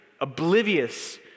oblivious